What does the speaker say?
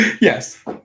Yes